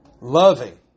Loving